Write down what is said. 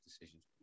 decisions